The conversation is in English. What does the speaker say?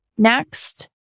Next